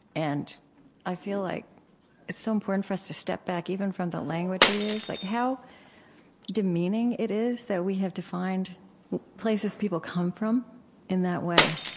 and i feel like it's so important for us to step back, even from the language we use. like how demeaning it is that we have defined places people come from in that way.